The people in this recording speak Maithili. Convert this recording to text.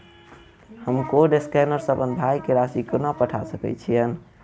हम कोड स्कैनर सँ अप्पन भाय केँ राशि कोना पठा सकैत छियैन?